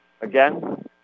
Again